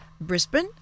Brisbane